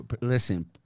Listen